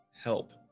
help